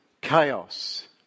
chaos